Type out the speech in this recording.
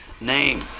name